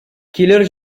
килер